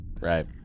right